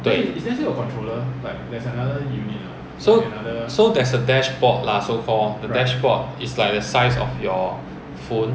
对 so so there's a dashboard lah so called the dashboard it's like the size of your phone